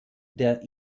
der